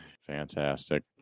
Fantastic